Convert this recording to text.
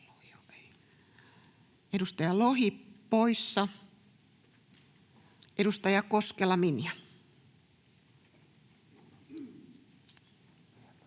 Edustaja Lohi poissa. — Edustaja Koskela, Minja.